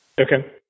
Okay